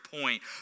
point